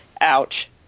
ouch